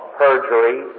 perjury